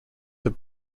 have